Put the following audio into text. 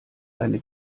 eine